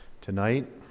tonight